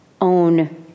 own